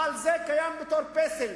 אבל זה קיים בתור פסל,